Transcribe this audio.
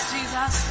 Jesus